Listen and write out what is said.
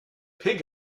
pig